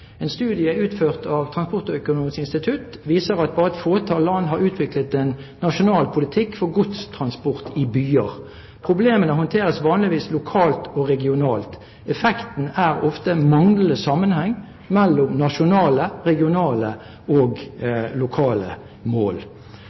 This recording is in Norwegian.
En studie utført av Transportøkonomisk institutt viser at bare et fåtall land har utviklet en nasjonal politikk for godstransport i byer. Problemene håndteres vanligvis lokalt og regionalt. Effekten er ofte manglende sammenheng mellom nasjonale, regionale og lokale mål.